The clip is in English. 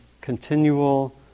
continual